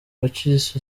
pacis